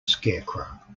scarecrow